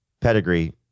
pedigree